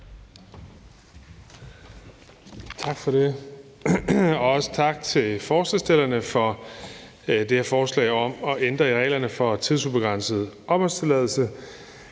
Tak for det. Også tak til forslagsstillerne for det her forslag om at ændre i reglerne for tidsubegrænset opholdstilladelse.